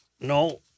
No